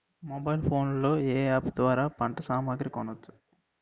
Mobile phone లో ఏ app ద్వారా పంట సామాగ్రి కొనచ్చు?